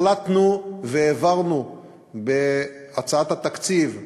החלטנו והעברנו בהצעת התקציב,